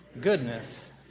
goodness